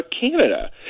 Canada